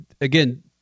again